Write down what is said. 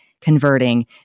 converting